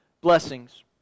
blessings